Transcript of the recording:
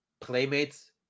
Playmates